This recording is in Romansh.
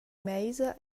meisa